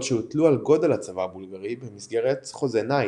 שהוטלו על גודל הצבא הבולגרי במסגרת חוזה ניי.